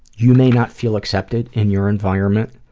you may not feel accepted in your environment,